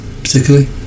particularly